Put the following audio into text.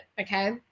okay